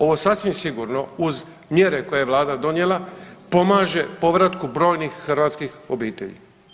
Ovo sasvim sigurno uz mjere koje je Vlada donijela pomaže povratku brojnih hrvatskih obitelji.